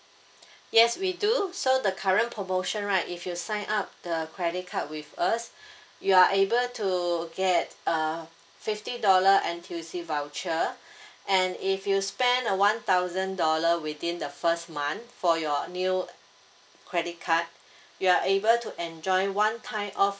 yes we do so the current promotion right if you sign up the credit card with us you are able to get a fifty dollar N_T_U_C voucher and if you spend a one thousand dollar within the first month for your new credit card you are able to enjoy one time off